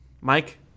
Mike